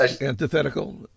Antithetical